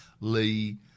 Lee